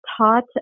taught